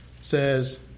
says